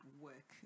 work